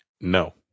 No